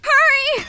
Hurry